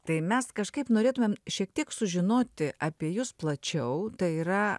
tai mes kažkaip norėtumėm šiek tiek sužinoti apie jus plačiau tai yra